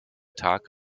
tag